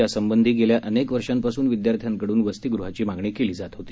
यासंबंधी गेल्या अनेक वर्षांपासून विद्यार्थ्यांकडून वसतीगृहाची मागणी केली जात होती